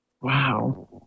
Wow